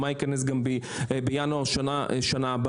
מה ייכנס גם בינואר בשנה הבאה.